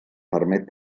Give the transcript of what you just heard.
permet